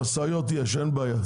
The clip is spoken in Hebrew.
משאיות יש, אין בעיה.